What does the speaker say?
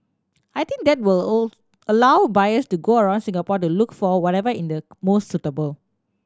I think that will all allow buyers to go around Singapore to look for whatever in the most suitable